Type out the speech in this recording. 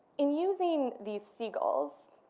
in using these seagulls,